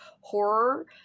horror